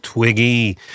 Twiggy